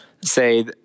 Say